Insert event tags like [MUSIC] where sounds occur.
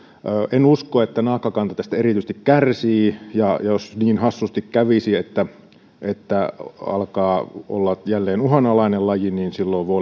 en usko että naakkakanta tästä erityisesti kärsii ja jos niin hassusti kävisi että että se alkaa olla jälleen uhanalainen laji niin silloin voi [UNINTELLIGIBLE]